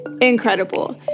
incredible